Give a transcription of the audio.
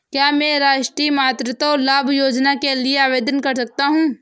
क्या मैं राष्ट्रीय मातृत्व लाभ योजना के लिए आवेदन कर सकता हूँ?